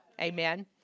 Amen